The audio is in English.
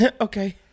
Okay